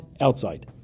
outside